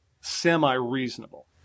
semi-reasonable